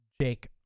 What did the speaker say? jake